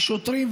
השוטרים,